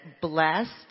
Blessed